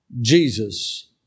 Jesus